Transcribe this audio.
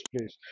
place